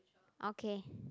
okay